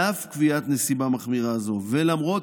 על אף קביעת נסיבה מחמירה זו ולמרות